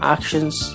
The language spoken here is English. Actions